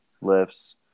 lifts